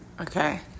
Okay